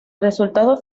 resultado